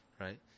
right